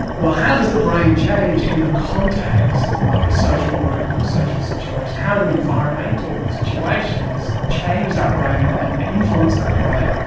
well, how does the brain change in the context of a social group or social situation, how do environmental situations change that brain and and and influence that brain,